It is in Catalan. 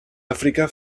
àfrica